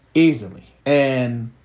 easily. and